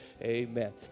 Amen